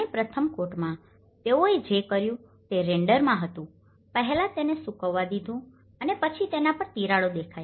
અને પ્રથમ કોટમાં તેઓએ જે કર્યું તે રેન્ડરમાં હતું પહેલા તેને સૂકવવા દીધું અને પછી તેના પર તિરાડો દેખાઈ